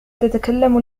تتكلم